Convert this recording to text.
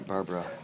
Barbara